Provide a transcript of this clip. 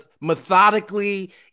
methodically